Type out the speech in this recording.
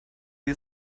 wie